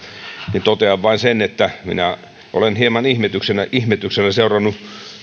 niin totean vain sen että minä olen hieman ihmetyksellä ihmetyksellä seurannut